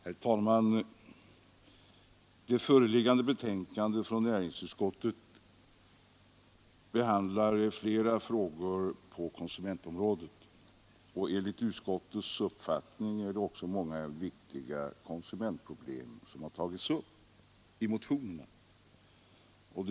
Herr talman! Det föreliggande betänkandet från näringsutskottet behandlar flera frågor på konsumentområdet, och enligt utskottets uppfattning är det också många viktiga konsumentproblem som har tagits upp i motionerna.